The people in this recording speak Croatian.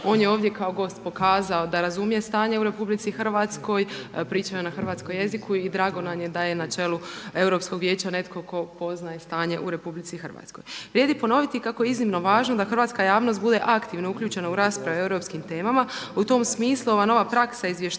On je ovdje kao gost pokazao da razumije stanje u RH, pričao je na hrvatskom jeziku i drago nam je da je na čelu Europskog vijeća netko tko poznaje stanje u RH. Vrijedi ponoviti kako je iznimno važno da hrvatska javnost bude aktivno uključena u rasprave o europskim temama. U tom smislu ova nova praksa izvještavanja